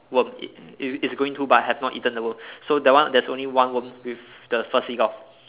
worm it's it's going to but have not eaten the worm so that one there's only one worm with the first seagull